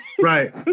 right